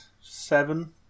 seven